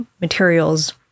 materials